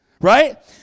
right